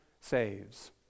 saves